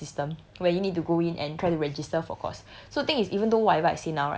and they have this star system where you need to go in and try to register for course